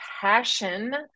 passion